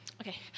Okay